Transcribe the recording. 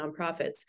nonprofits